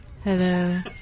Hello